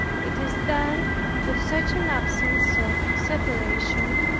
it is done with such an absence, or separation,